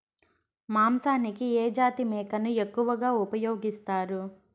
మాంసానికి ఏ జాతి మేకను ఎక్కువగా ఉపయోగిస్తారు?